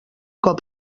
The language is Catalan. cop